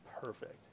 perfect